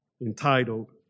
entitled